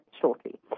shortly